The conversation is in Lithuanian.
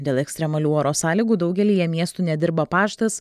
dėl ekstremalių oro sąlygų daugelyje miestų nedirba paštas